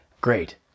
great